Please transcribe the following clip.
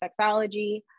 Sexology